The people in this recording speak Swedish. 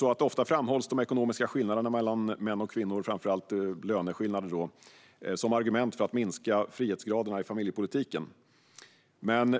Ofta framhålls de ekonomiska skillnaderna mellan män och kvinnor, framför allt löneskillnader, som argument för att minska frihetsgraderna i familjepolitiken.